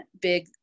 big